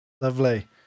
Lovely